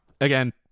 Again